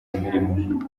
mirimo